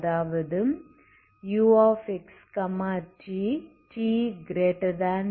அதாவது uxt t0